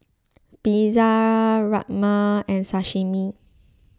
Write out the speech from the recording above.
Pizza Rajma and Sashimi